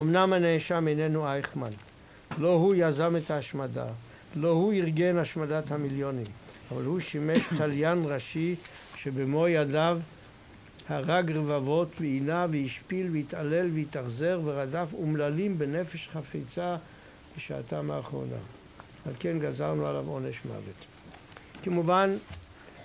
אמנם הנאשם איננו אייכמן, לא הוא יזם את ההשמדה, לא הוא ארגן השמדת המיליונים, אבל הוא שימש תליין ראשי שבמו ידיו הרג רבבות ועינה והשפיל והתעלל והתאכזר ורדף אומללים בנפש חפיצה בשעתם האחרונה. על כן גזרנו עליו עונש מוות. כמובן,